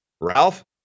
Ralph